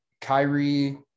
Kyrie